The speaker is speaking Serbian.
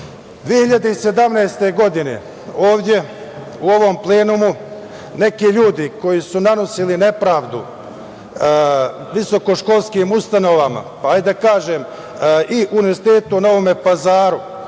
2017. ovde u ovom plenumu neki ljudi koji su nanosili nepravdu visokoškolskim ustanovama, hajde da kažem, i Univerzitetu u Novom Pazaru,